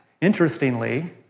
interestingly